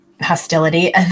hostility